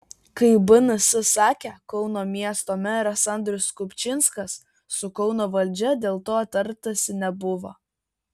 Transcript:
kaip bns sakė kauno miesto meras andrius kupčinskas su kauno valdžia dėl to tartasi nebuvo